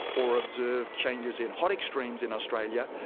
or observed changes in hot extremes in australia,